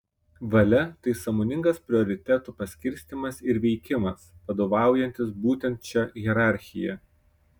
valia tai sąmoningas prioritetų paskirstymas ir veikimas vadovaujantis būtent šia hierarchija